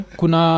kuna